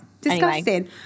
Disgusting